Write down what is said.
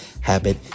habit